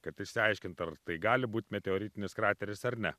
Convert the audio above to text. kad išsiaiškintų ar tai gali būt meteoritinis krateris ar ne